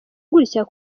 gutya